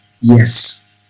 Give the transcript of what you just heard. Yes